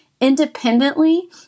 independently